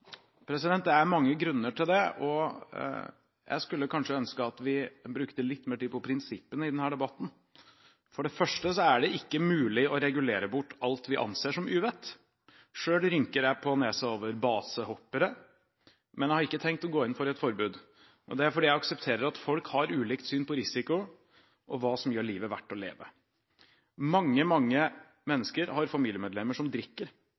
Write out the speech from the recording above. Det er mange grunner til det. Jeg skulle kanskje ønske at vi brukte litt mer tid på prinsippene i denne debatten. For det første er det ikke mulig å regulere bort alt vi anser som uvett. Selv rynker jeg på nesen over basehoppere, men jeg har ikke tenkt å gå inn for et forbud. Det er fordi jeg aksepterer at folk har ulikt syn på risiko og hva som gjør livet verdt å leve. Mange mennesker har familiemedlemmer som drikker,